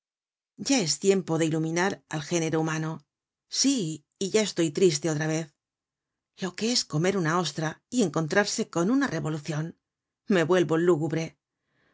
from google book search generated at género humano sí y ya estoy triste otra vez lo que es comer una ostra y encontrarse con una revolucion me vuelvo lúgubre